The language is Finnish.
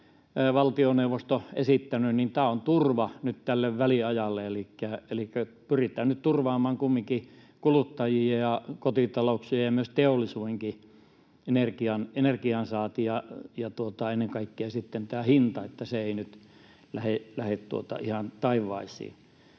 valtioneuvosto esittänyt, on nyt turva tälle väliajalle. Elikkä pyritään nyt turvaamaan kumminkin kuluttajien ja kotitalouksien ja teollisuudenkin energiansaanti ja ennen kaikkea hinta niin, että se ei lähde ihan taivaisiin.